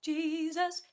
Jesus